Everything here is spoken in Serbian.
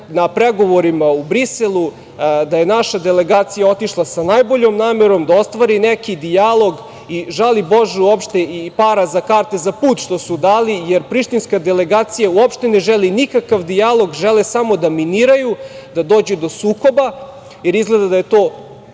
na pregovorima u Briselu da je naša delegacija otišla sa najboljom namerom da ostvari neki dijalog. Žali Bože uopšte i para za karte, za put što su dali, jer prištinska delegacija uopšte ne želi nikakav dijalog, žele samo da miniraju, da dođe do sukoba, jer izgleda da je to